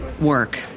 work